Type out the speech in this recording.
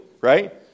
Right